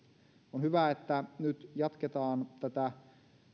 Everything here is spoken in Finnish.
on hyvä että nyt jatketaan tätä